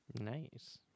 nice